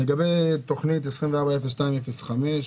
לגבי תוכנית 240205,